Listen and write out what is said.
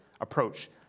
approach